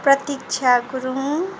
प्रतीक्षा गुरुङ